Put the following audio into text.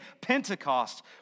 Pentecost